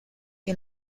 que